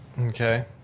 Okay